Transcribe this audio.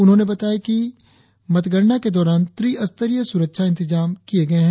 उन्होंने बताया कि मतगणना के दौरान त्रिस्तरीय सुरक्षा इंतजाम किए गए हैं